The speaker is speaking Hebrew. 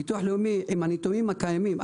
הביטוח הלאומי עם הנתונים הקיימים,